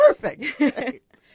Perfect